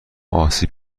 آسیب